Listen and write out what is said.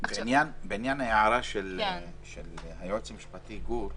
בעניין ההערה של היועץ המשפטי גור בליי,